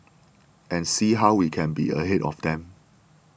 and see how we can be ahead of them